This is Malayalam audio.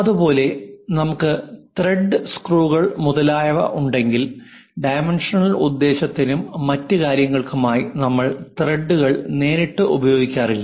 അതുപോലെ നമുക്ക് ത്രെഡ് സ്ക്രൂകൾ മുതലായവ ഉണ്ടെങ്കിൽ ഡൈമൻഷണൽ ഉദ്ദേശ്യത്തിനും മറ്റ് കാര്യങ്ങൾക്കുമായി നമ്മൾ ത്രെഡുകൾ നേരിട്ട് ഉപയോഗിക്കാറില്ല